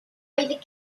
castle